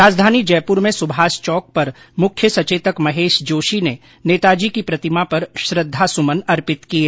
राजधानी जयप्र में सुभाष चौक पर मुख्य सचेतक महेश जोशी ने नेताजी की प्रतिमा पर श्रद्धा सुमन अर्पित किए